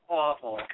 awful